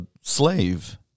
slave